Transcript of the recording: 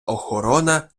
охорона